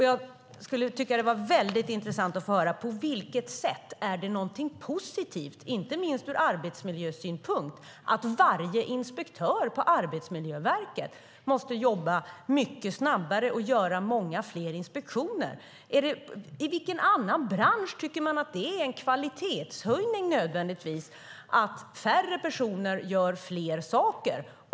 Det skulle vara mycket intressant att få höra på vilket sätt det är någonting positivt, inte minst ur arbetsmiljösynpunkt, att varje inspektör på Arbetsmiljöverket måste jobba mycket snabbare och göra många fler inspektioner. I vilken annan bransch tycker man att det nödvändigtvis är en kvalitetshöjning att färre personer gör fler saker?